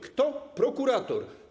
Kto? Prokurator.